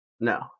No